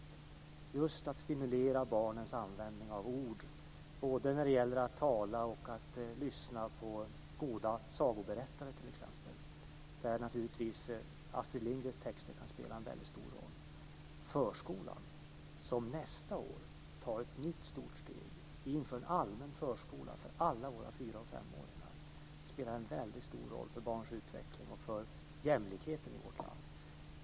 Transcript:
Det gäller att stimulera barnens användning av ord, både vad avser att tala och vad avser att lyssna på t.ex. goda sagoberättare. Där kan naturligtvis Astrid Lindgrens texter spela en väldigt stor roll. Förskolan tar nästa år ett nytt stort steg. Vi inför en allmän förskola för alla våra fyra och femåringar. Det spelar en väldigt stor roll för barns utveckling och för jämlikheten i vårt land.